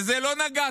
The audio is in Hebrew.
בזה לא נגעתם.